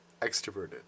extroverted